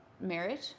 marriage